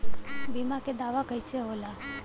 बीमा के दावा कईसे होला?